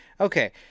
Okay